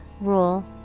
rule